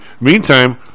meantime